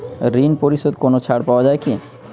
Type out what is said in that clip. ঋণ পরিশধে কোনো ছাড় পাওয়া যায় কি?